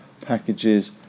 packages